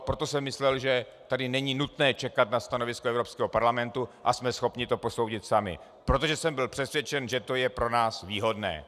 Proto jsem myslel, že tady není nutné čekat na stanovisko Evropského parlamentu a že jsme schopni to posoudit sami, protože jsem byl přesvědčen, že to je pro nás výhodné.